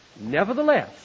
Nevertheless